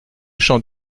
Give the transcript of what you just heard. champ